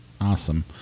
awesome